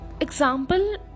Example